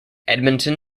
edmonton